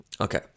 Okay